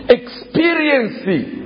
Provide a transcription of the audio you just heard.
experiencing